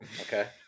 okay